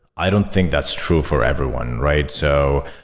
i don't think that's true for everyone, right? so,